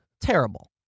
terrible